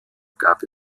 gab